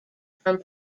from